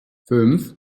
fünf